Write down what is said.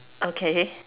okay